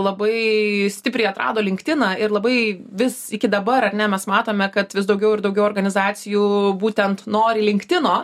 labai stipriai atrado linktiną ir labai vis iki dabar ne mes matome kad vis daugiau ir daugiau organizacijų būtent nori linktino